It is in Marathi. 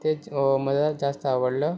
तेच मला जास्त आवडलं